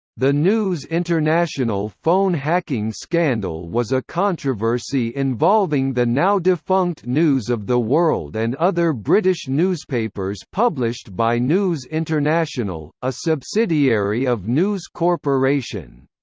the news international phone-hacking scandal was a controversy involving the now-defunct news of the world and other british newspapers published by news international, a subsidiary of news corporation.